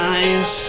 Eyes